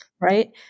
right